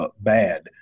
bad